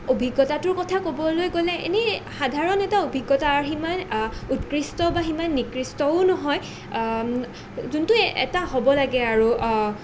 অভিজ্ঞতাটোৰ কথা ক'বলৈ গ'লে এনেই সাধাৰণ এটা অভিজ্ঞতাৰ সিমান উৎকৃষ্ট বা সিমান নিকৃষ্টও নহয় যোনটো এটা হ'ব লাগে আৰু